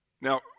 Now